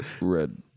Red